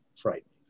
frightened